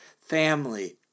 family